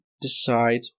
decide